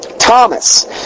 Thomas